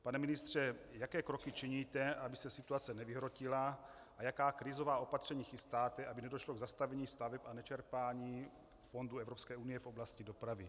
Pane ministře, jaké kroky činíte, aby se situace nevyhrotila, a jaká krizová opatření chystáte, aby nedošlo k zastavení staveb a nečerpání fondů Evropské unie v oblasti dopravy?